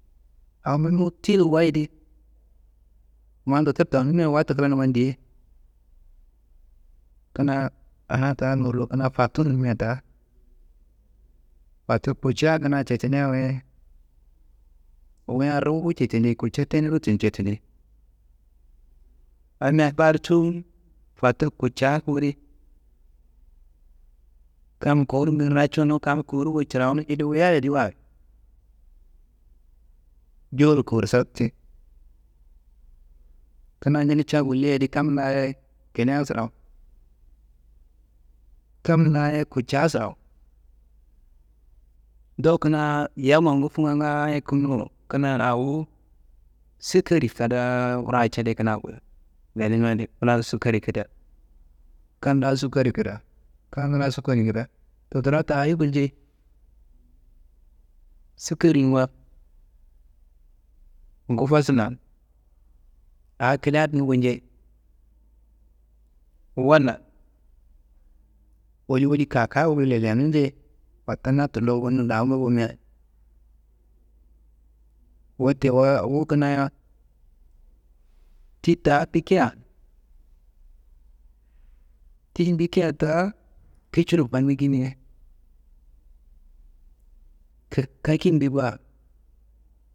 Awongu tiyinu wayi di, ma ndottoriyi dawucu wayi, watu klanumman diye. Kina a ta loro kina fottur rimia ta, fottur kutca kina cekina wayi, wuyia ruwuku cetili, kutca tennuro cettili. Ayi mia fayar cuwu fottur kutca ku kuli. Kam kowurungu racunu, kam kowurungu ciranu jili wuyia yediwa, jowuro kowursar te, kina jili ca gullei yadi kam layi kilia surawu, kam layi kutca sirawu, dowo kina yamma ngufunga gaaye konumma kina awu sukarri kadaa ngura cede kina ku, lenimia adi fulan sukkarri kida, kal la sukkarri kida, kal la sukkarri kida ndotorra tayi gulcei, sukkarrinimma ngufasuna, a kilia dunumu njei, walla woli woli kaka woli lelenu nje. Watta na tullo bunnum damu bimia, wote wuwa wu kina ti ta bikia, ti bikia ta kiciro fannikini, ka- kakimbe baa.